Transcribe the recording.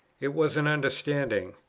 it was an understanding.